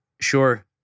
Sure